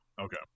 Okay